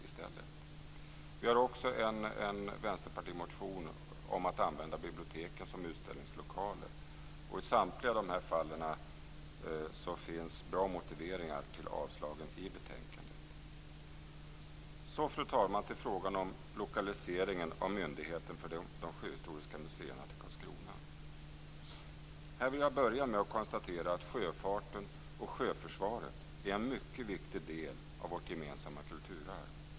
Det finns också en vänsterpartimotion om att använda biblioteken som utställningslokaler. I samtliga dessa fall finns bra motiveringar till avslagen i betänkandet. Sedan, fru talman, går jag över till lokaliseringen av myndigheten för de sjöhistoriska museerna till Karlskrona. Jag vill börja med att konstatera att sjöfarten och sjöförsvaret är en mycket viktig del av vårt gemensamma kulturarv.